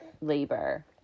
labor